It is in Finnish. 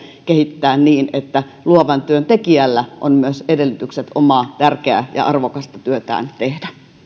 osalta kehittää niin että luovan työn tekijällä on myös edellytykset omaa tärkeää ja arvokasta työtään tehdä